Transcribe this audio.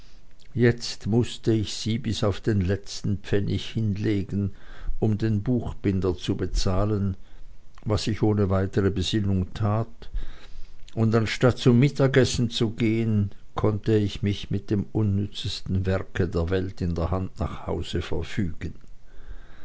jetzt mußte ich sie bis auf den letzten pfennig hinlegen um den buchbinder zu bezahlen was ich ohne weitere besinnung tat und anstatt zum mittagessen zu gehen konnte ich mich mit dem unnützesten werke der welt in der hand nach hause verfügen